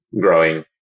growing